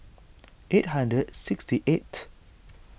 eight hundred sixty eighth